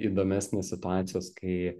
įdomesnės situacijos kai